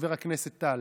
חבר הכנסת טל.